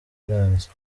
iranzi